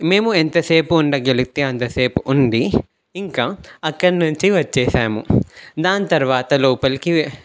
మేము ఎంతసేపు ఉండగలిగితే అంతసేపు ఉండి ఇంకా అక్కడి నుంచి వచ్చేసాము దాని తర్వాత లోపలికి వె